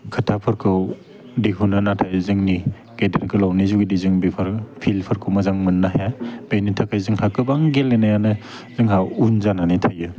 खोथाफोरखौ दिहुनो नाथाय जोंनि गेदेर गोलावनि जिबायदि जों बेफोर फिलफोरखौ मोजां मोननो हाया बेनि थाखाय जोंहा गोबां गेलेनायानो जोंहा उन जानानै थायो